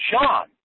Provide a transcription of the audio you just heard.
Sean